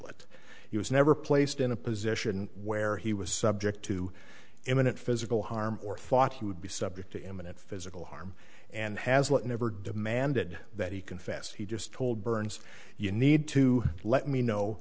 he was never placed in a position where he was subject to imminent physical harm or thought he would be subject to imminent physical harm and has like never demanded that he confessed he just told burns you need to let me know